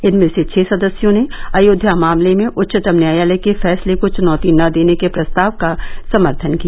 इनमें से छह सदस्यों ने अयोध्या मामले में उच्चतम न्यायालय के फैसले को चुनौती न देने के प्रस्ताव का समर्थन किया